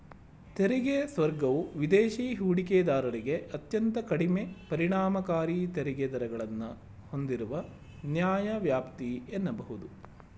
ತೆರಿಗೆ ಸ್ವರ್ಗವು ವಿದೇಶಿ ಹೂಡಿಕೆದಾರರಿಗೆ ಅತ್ಯಂತ ಕಡಿಮೆ ಪರಿಣಾಮಕಾರಿ ತೆರಿಗೆ ದರಗಳನ್ನ ಹೂಂದಿರುವ ನ್ಯಾಯವ್ಯಾಪ್ತಿ ಎನ್ನಬಹುದು